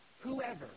whoever